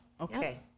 Okay